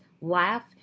laugh